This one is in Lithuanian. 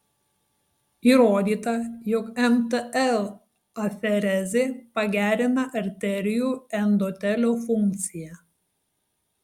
įrodyta jog mtl aferezė pagerina arterijų endotelio funkciją